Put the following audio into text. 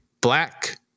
black